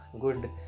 good